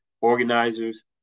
organizers